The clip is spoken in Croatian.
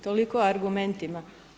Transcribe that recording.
Toliko o argumentima.